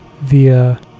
via